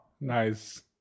nice